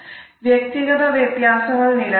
വ്യക്തിഗത വ്യത്യാസങ്ങൾ നിലവിലുണ്ട്